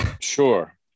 Sure